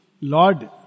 Lord